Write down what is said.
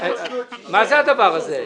מה זה הדבר הזה?